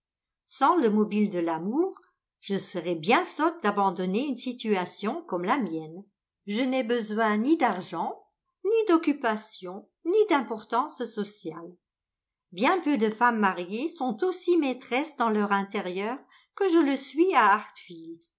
sans le mobile de l'amour je serais bien sotte d'abandonner une situation comme la mienne je n'ai besoin ni d'argent ni d'occupations ni d'importance sociale bien peu de femmes mariées sont aussi maîtresses dans leur intérieur que je le suis à